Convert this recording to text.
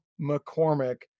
McCormick